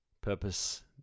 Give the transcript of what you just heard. Purpose